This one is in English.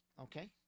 okay